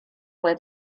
where